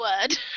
word